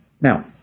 Now